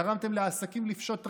גרמתם לעסקים לפשוט רגל.